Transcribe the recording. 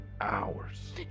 hours